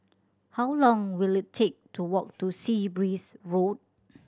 how long will it take to walk to Sea Breeze Road